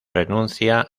renuncia